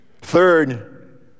Third